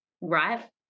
Right